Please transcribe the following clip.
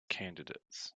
candidates